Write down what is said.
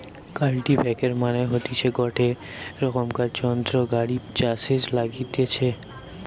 কাল্টিপ্যাকের মানে হতিছে গটে রোকমকার যন্ত্র গাড়ি ছাসে লাগতিছে